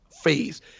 phase